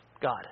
God